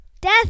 Death